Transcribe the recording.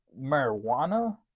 marijuana